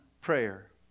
prayer